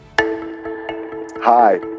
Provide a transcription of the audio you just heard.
Hi